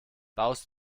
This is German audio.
baust